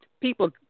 people